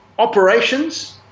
operations